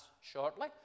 shortly